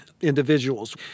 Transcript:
individuals